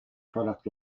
product